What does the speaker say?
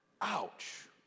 ouch